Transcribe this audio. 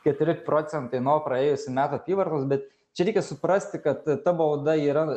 keturi procentai nuo praėjusių metų apyvartos bet čia reikia suprasti kad ta bauda yra